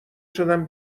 شدم